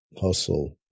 hustle